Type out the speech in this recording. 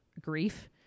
grief